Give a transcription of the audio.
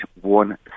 one